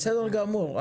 בסדר גמור.